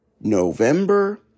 November